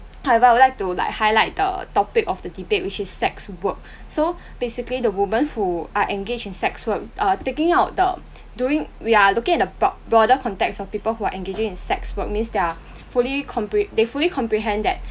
however I would like to like highlight the topic of the debate which is sex work so basically the woman who are engaged in sex work uh taking out the doing we're looking at a broad broader context of people who are engaging in sex work means they're fully compre~ they fully comprehend that